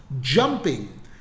jumping